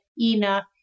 enough